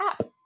app